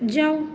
जाउ